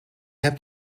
hebt